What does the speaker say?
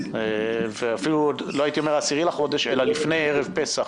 ואפילו עוד לפני ערב פסח,